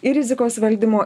ir rizikos valdymo